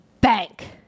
bank